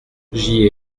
j’y